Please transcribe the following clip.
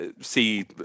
see